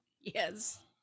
yes